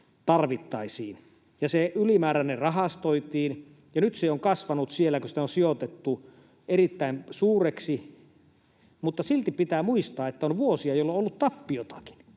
tarvittaisiin ja se ylimääräinen rahastoitiin, ja nyt se on kasvanut siellä, kun sitä on sijoitettu, erittäin suureksi, mutta silti pitää muistaa, että on vuosia, jolloin on ollut tappiotakin.